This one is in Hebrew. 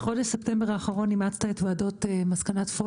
בחודש ספטמבר האחרון אימצת את מסקנות ועדת פולקמן.